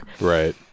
Right